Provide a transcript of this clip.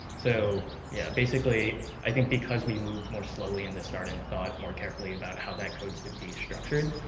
so yeah, basically, i think because we moved more slowly in the start and thought more carefully about how that code should be structured,